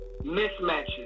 mismatches